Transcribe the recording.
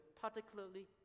particularly